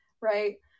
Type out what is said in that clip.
right